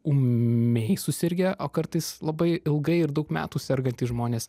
ūmiai susirgę o kartais labai ilgai ir daug metų sergantys žmonės